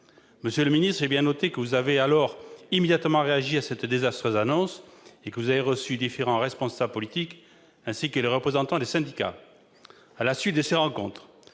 M. le ministre de l'économie et des finances avait alors immédiatement réagi à cette désastreuse annonce et qu'il avait reçu différents responsables politiques, ainsi que les représentants des syndicats. À la suite de ces rencontres,